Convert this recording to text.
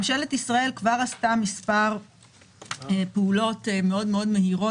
ממשלת ישראל כבר עשתה מספר פעולות מאוד מהירות.